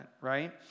right